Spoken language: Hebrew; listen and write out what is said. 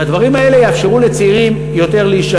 והדברים האלה יאפשרו ליותר צעירים להישאר.